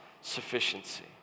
Sufficiency